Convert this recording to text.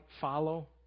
follow